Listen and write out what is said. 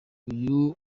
uyu